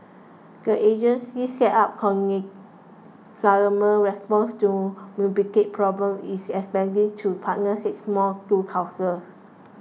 the agency set up coordinate government responses to municipal problems is expanding to partner six more Town Councils